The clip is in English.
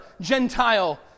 Gentile